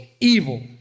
evil